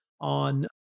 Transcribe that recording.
on